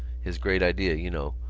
his great idea, you know,